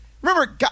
remember